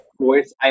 voice